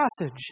passage